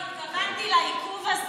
התכוונתי לעיכוב הזה,